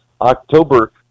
October